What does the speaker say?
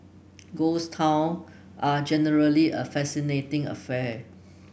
ghost town are generally a fascinating affair